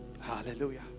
Hallelujah